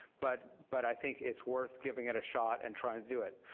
but but i think it's worth giving it a shot and trying to do it.